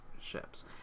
ships